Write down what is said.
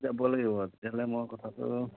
যাব লাগিব তেতিয়াহ'লে মই কথাটো